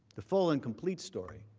the full and complete story